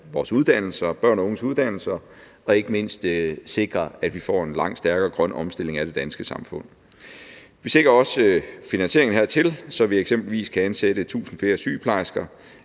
vores uddannelser – børn og unges uddannelser – og ikke mindst sikre, at vi får en langt stærkere grøn omstilling af det danske samfund. Vi sikrer også finansieringen hertil, så vi eksempelvis kan ansætte 1.000 flere sygeplejersker,